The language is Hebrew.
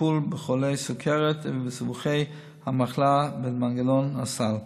לטיפול בחולי סוכרת ובסיבוכי המחלה במנגנון הסל,